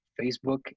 Facebook